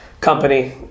company